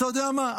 אתה יודע מה,